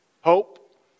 Hope